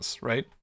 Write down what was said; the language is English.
right